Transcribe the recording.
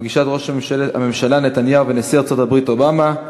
פגישת ראש הממשלה נתניהו ונשיא ארצות-הברית אובמה,